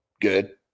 good